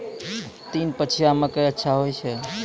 तीन पछिया मकई अच्छा होय छै?